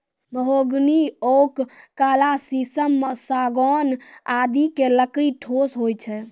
mahogany, oak, काला शीशम, सागौन आदि के लकड़ी ठोस होय छै